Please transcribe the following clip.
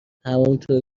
همانطور